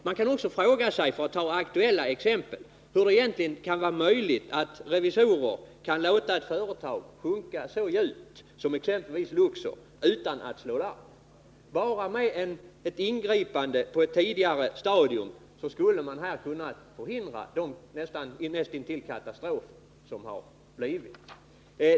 Man kan också fråga sig, för att ta ett aktuellt exempel, hur revisorer kan låta ett företag sjunka så djupt som exempelvis Luxor Industri AB utan att slå larm. Med ett ingripande på ett tidigare stadium skulle man här ha kunnat förhindra den situation, näst intill katastrof, som har uppstått.